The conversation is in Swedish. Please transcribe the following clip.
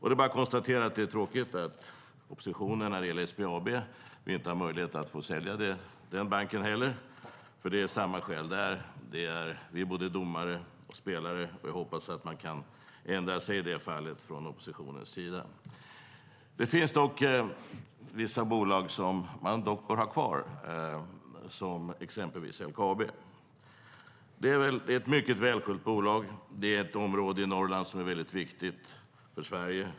Det är tråkigt att vi på grund av oppositionen inte har möjlighet att sälja SBAB, för det är samma skäl där: Vi är både domare och spelare. Jag hoppas att man kan ändra sig i det fallet från oppositionens sida. Det finns dock vissa bolag som man bör ha kvar, exempelvis LKAB. Det är ett mycket välskött bolag som finns i ett område i Norrland som är viktigt för Sverige.